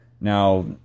Now